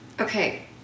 Okay